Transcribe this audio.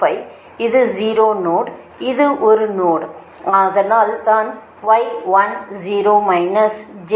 25 இது 0 நோடு இது ஒரு நோடு அதனால் தான் மைனஸ் j 1